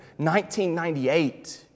1998